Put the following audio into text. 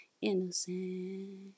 innocent